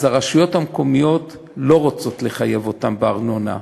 הרשויות המקומיות לא רוצות לחייב אותם בארנונה.